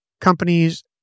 companies